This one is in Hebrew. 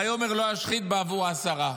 ויאמר לא אשחית בעבור העשרה".